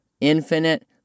infinite